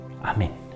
Amen